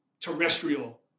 terrestrial